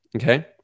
Okay